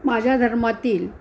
माझ्या धर्मातील